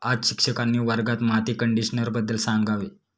आज शिक्षकांनी वर्गात माती कंडिशनरबद्दल सांगावे